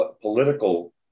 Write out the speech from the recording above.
political